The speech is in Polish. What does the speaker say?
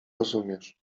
rozumiesz